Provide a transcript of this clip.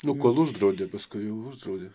nu kol uždraudė paskui jau uždraudė